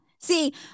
See